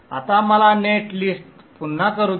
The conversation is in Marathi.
आता मला नेट लिस्ट पुन्हा करू द्या